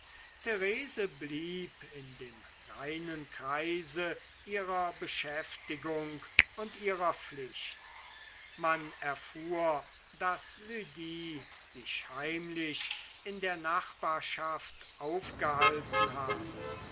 therese blieb in dem reinen kreise ihrer beschäftigung und ihrer pflicht man erfuhr daß lydie sich heimlich in der nachbarschaft aufgehalten habe